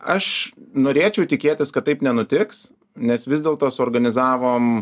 aš norėčiau tikėtis kad taip nenutiks nes vis dėl to suorganizavom